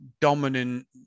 dominant